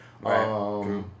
Right